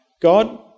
God